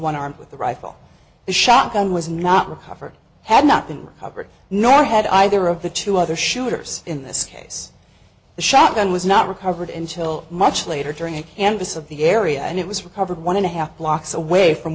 one armed with a rifle shotgun was not recovered had not been recovered nor had either of the two other shooters in this case the shotgun was not recovered and till much later during this of the area and it was recovered one and a half blocks away from